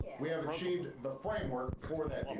we have achieved the framework for that